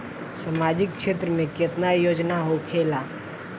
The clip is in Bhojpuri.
सामाजिक क्षेत्र में केतना योजना होखेला?